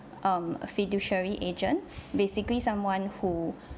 um fiduciary agent basically someone who